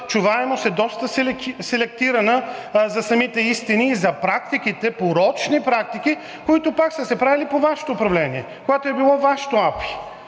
чуваемост е доста селектирана за самите истини и за практиките – порочни практики, които пак са се правили по Вашето управление, когато е било Вашето АПИ.